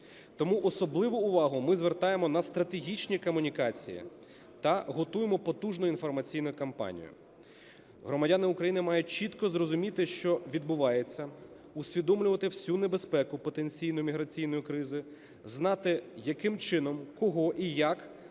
Тому особливу увагу ми звертаємо на стратегічні комунікації та готуємо потужну інформаційну кампанію. Громадяни України мають чітко зрозуміти, що відбувається, усвідомлювати всю небезпеку потенційну міграційної кризи, знати, яким чином, кого і як